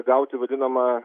gauti vadinamą